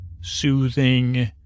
soothing